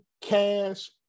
cash